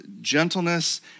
gentleness